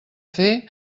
fer